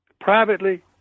Privately